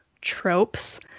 tropes